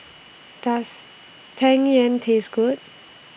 Does Tang Yuen Taste Good